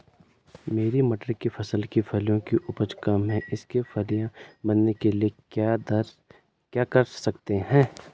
मेरी मटर की फसल की फलियों की उपज कम है इसके फलियां बनने के लिए क्या कर सकते हैं?